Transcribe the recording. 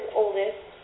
oldest